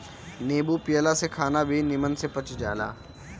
नींबू पियला से खाना भी निमन से पच जाला